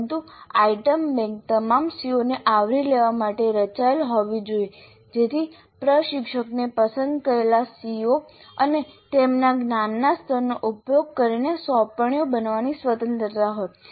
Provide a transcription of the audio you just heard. પરંતુ item bank તમામ CO ને આવરી લેવા માટે રચાયેલ હોવી જોઈએ જેથી પ્રશિક્ષકને પસંદ કરેલા CO અને તેમના જ્ઞાનના સ્તરનો ઉપયોગ કરીને સોંપણી બનાવવાની સ્વતંત્રતા હોય